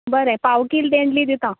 बरें पावकील तेंडली दिता